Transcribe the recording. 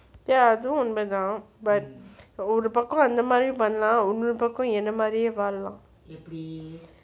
ya அதுவும் உண்மை தா ஒரு பக்கம் அந்த மாதிரி பன்னலாம் இன்னொரு பக்கம் என்ன மாதிரி வாழலாம்:athuvum unma thaa oru pakkam antha mathiri pannalam innoru pakkam enna maathiri vazhalam